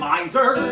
Miser